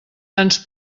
ens